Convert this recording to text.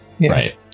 Right